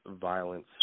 violence